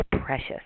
precious